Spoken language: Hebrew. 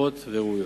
שקופות וראויות.